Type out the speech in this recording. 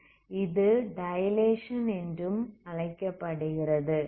இது டைலேசன் என்றும் அழைக்கப்படுகிறது